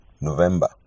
November